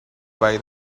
buy